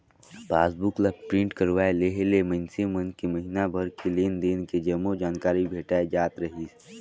passbook ला print करवाये लेहे ले मइनसे मन के महिना भर के लेन देन के जम्मो जानकारी भेटाय जात रहीस